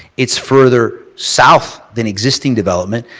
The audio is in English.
it's further south than existing development.